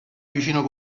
vicino